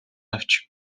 авч